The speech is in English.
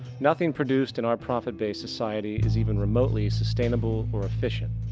nothing produced in our profit based society is even remotely sustainable or efficient.